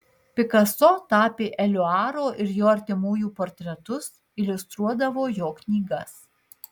pikaso tapė eliuaro ir jo artimųjų portretus iliustruodavo jo knygas